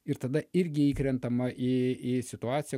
ir tada irgi įkrentama į į situaciją